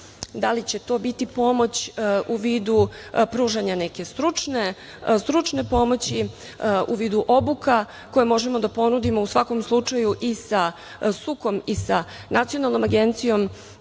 Da li će to biti pomoć u vidu pružanja neke stručne pomoći, u vidu obuka koje možemo da ponudimo. U svakom slučaju i sa SUKOM i sa Nacionalnom agencijom